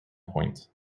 point